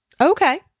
Okay